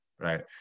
Right